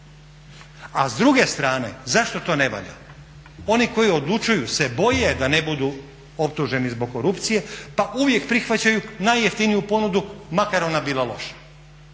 A s druge strane, zašto to ne valja? Oni koji odlučuju se boje da ne budu optuženi zbog korupcije pa uvijek prihvaćaju najjeftiniju ponudu makar ona bila loša,